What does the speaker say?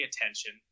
attention